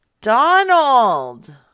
Donald